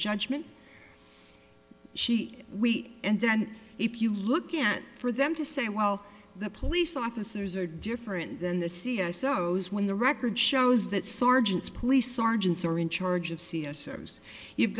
judgment she weak and then if you look at for them to say well the police officers are different than the c e o so's when the record shows that sergeants police sergeants are in charge of c s serves you've